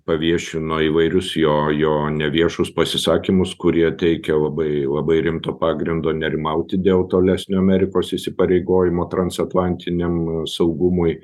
paviešino įvairius jo jo neviešus pasisakymus kurie teikė labai labai rimto pagrindo nerimauti dėl tolesnio amerikos įsipareigojimo transatlantiniam saugumui